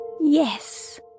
Yes